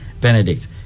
Benedict